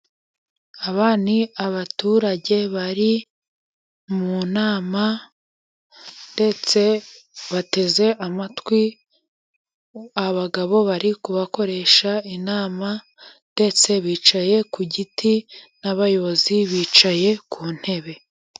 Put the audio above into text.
Aba ni abaturage bari mu nama, ndetse bateze amatwi abagabo bari kubakoresha inama, ndetse bicaye ku giti, n'abayobozi bicaye ku ntebe.